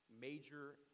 major